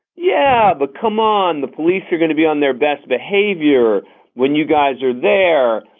yeah, but come on, the police are gonna be on their best behavior when you guys are there.